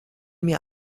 mir